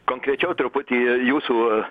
konkrečiau truputį jūsų